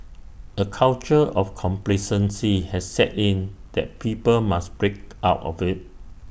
A culture of complacency has set in that people must break out of IT